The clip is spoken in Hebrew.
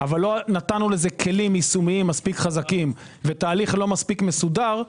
אבל לא נתנו לזה כלים יישומיים מספיק חזקים ותהליך לא מספיק מסודר,